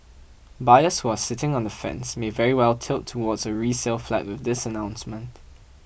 buyers who are sitting on the fence may very well tilt towards a resale flat with this announcement